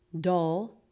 dull